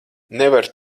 nevaru